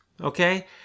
okay